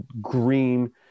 green